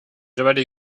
already